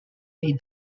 day